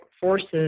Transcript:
forces